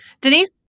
Denise